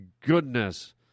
goodness